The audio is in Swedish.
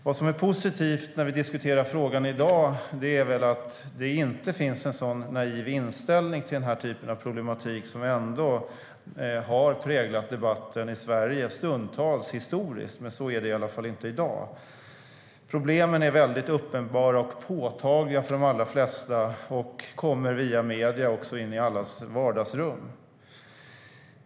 Vad som är positivt när vi diskuterar frågan i dag är att det inte nu finns en sådan naiv inställning till denna problematik som historiskt stundtals har präglat debatten. Så är det i alla fall inte i dag. Problemen är uppenbara och påtagliga för de flesta och kommer via medierna också in i allas vardagsrum.